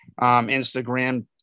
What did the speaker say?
Instagram